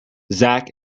zak